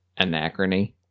Anachrony